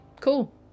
cool